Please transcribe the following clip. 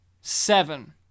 Seven